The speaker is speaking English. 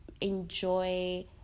enjoy